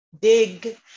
dig